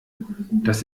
das